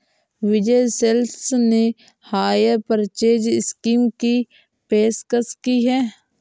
विजय Sales ने hire purchase scheme की पेशकश की हैं